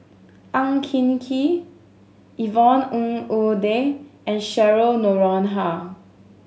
Ang Hin Kee Yvonne Ng Uhde and Cheryl Noronha